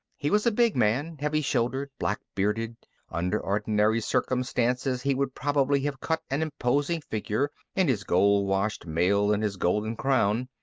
he was a big man, heavy-shouldered, black-bearded under ordinary circumstances he would probably have cut an imposing figure, in his gold-washed mail and his golden crown.